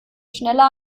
schneller